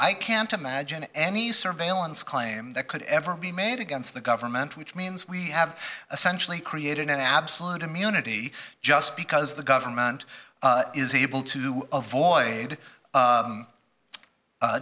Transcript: i can't imagine any surveillance claim that could ever be made against the government which means we have a centrally created an absolute immunity just because the government is able to avoid